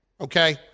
Okay